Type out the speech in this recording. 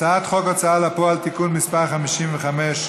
הצעת חוק ההוצאה לפועל (תיקון מס' 55),